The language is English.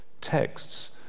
texts